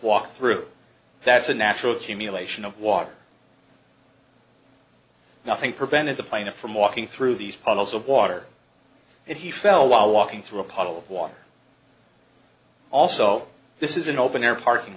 walked through that's a natural accumulation of water nothing prevented the plaintiff from walking through these puddles of water and he fell while walking through a puddle of water also this is an open air parking